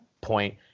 point